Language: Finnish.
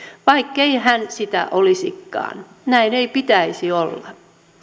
vaikkei hän sitä olisikaan näin ei pitäisi olla